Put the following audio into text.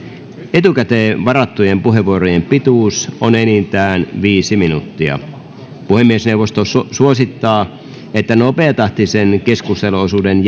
etukäteen varattujen puheenvuorojen pituus on enintään viisi minuuttia puhemiesneuvosto suosittaa että nopeatahtisen keskusteluosuuden